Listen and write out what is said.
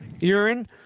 urine